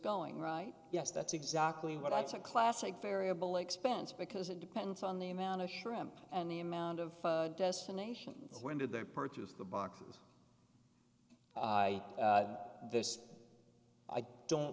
going right yes that's exactly what i said classic variable expense because it depends on the amount of shrimp and the amount of destination when did they purchase the boxes this i don't